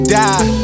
die